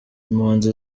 impunzi